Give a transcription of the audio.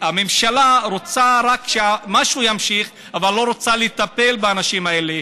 והממשלה רוצה רק שמשהו ימשיך אבל לא רוצה לטפל באנשים האלה,